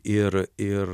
ir ir